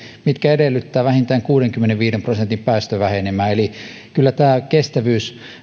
mitkä edellyttävät vähintään kuudenkymmenenviiden prosentin päästövähenemää eli kyllä kestävyys